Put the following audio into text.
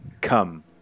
come